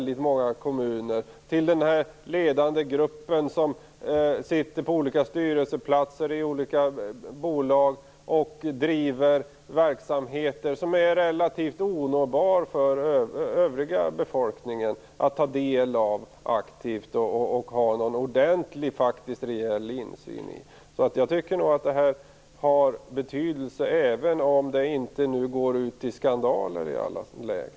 Det finns ett avstånd till den ledande gruppen som sitter på olika styrelseplatser i olika bolag och driver verksamhet som är relativt onåbar för den övriga befolkningen. Man kan inte aktivt ta del och man har inte någon ordentlig reell insyn. Så jag tycker nog att det har betydelse, även om det inte blir skandal i alla lägen.